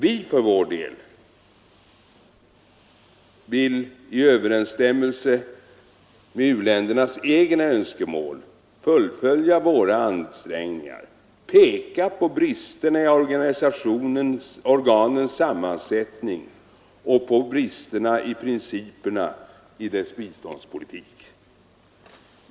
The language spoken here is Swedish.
Vi för vår del vill i överensstämmelse med u-ländernas egna önskemål fullfölja våra ansträngningar, peka på bristerna i organens sammansättning och på bristerna i deras biståndspolitik.